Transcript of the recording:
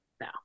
No